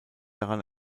daran